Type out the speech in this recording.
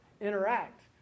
interact